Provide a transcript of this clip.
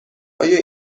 آیا